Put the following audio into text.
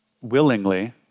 willingly